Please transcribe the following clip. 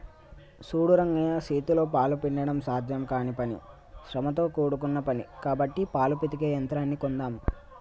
సూడు రంగయ్య సేతితో పాలు పిండడం సాధ్యం కానీ పని శ్రమతో కూడుకున్న పని కాబట్టి పాలు పితికే యంత్రాన్ని కొందామ్